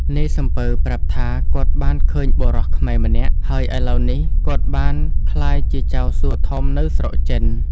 នាយសំពៅប្រាប់ថាគាត់បានឃើញបុរសខ្មែរម្នាក់ ហើយឥឡូវនេះគាត់បានក្លាយជាចៅសួធំនៅស្រុកចិន។